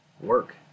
work